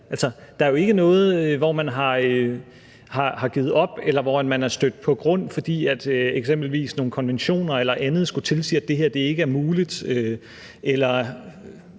Der er jo ikke noget, man har opgivet, eller hvor man er stødt på grund, fordi eksempelvis nogle konventioner eller andet skulle tilsige, at det her ikke er muligt,